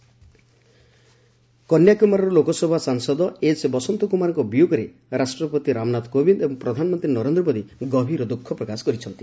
Kanyakumari MP ଶୋକ କନ୍ୟାକୁମାରୀର ଲୋକସଭା ସାଂସଦ ଏଚ୍ ବସନ୍ତକୁମାରଙ୍କ ବିୟୋଗରେ ରାଷ୍ଟ୍ରପତି ରାମନାଥ କୋବିନ୍ଦ ଓ ପ୍ରଧାନମନ୍ତ୍ରୀ ନରେନ୍ଦ୍ର ମୋଦି ଗଭୀର ଦୁଃଖପ୍ରକାଶ କରିଛନ୍ତି